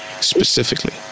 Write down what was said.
Specifically